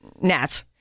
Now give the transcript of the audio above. Nats